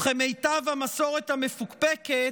וכמיטב המסורת המפוקפקת,